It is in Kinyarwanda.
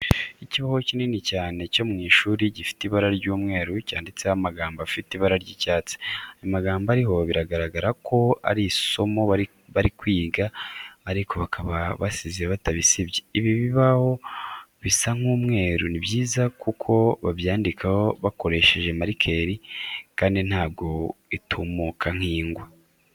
Ikibaho kinini cyane cyo mu ishuri gifite ibara ry'umweru cyanditseho amagambo afite ibara ry'icyatsi. Aya magambo ariho biragara ko ari isomo bari bari kwiga ariko bakaba basize batabisibye. Ibi bibaho bisa nk'umweru ni byiza kuko babyandikaho bakoresheje marikeri kandi ntabwo itumuka nk'ingwa.